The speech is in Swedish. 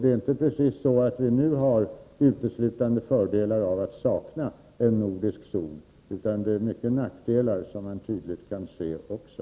Det är verkligen inte så att vi nu har uteslutande fördelar av att sakna en nordisk kärnvapenfri zon, utan man kan tydligt se många nackdelar med detta.